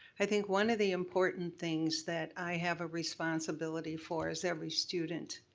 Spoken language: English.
i think one of the important things that i have a responsibility for is every student.